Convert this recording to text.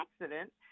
accident